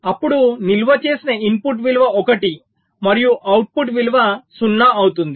అప్పుడు నిల్వ చేసిన ఇన్పుట్ విలువ 1 మరియు అవుట్పుట్ విలువ 0 అవుతుంది